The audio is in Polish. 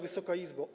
Wysoka Izbo!